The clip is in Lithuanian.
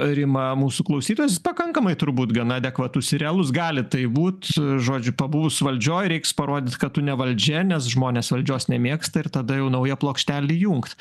rima mūsų klausytojas pakankamai turbūt gana adekvatus ir realus gali tai būt žodžiu pabuvus valdžioj reiks parodyt kad tu ne valdžia nes žmonės valdžios nemėgsta ir tada jau nauja plokštelė įjungt